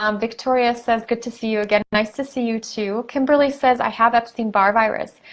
um victory ah says, good to see you again. nice to see you too. kimberly says, i have epstein-barr virus.